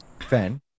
fan